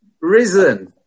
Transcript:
risen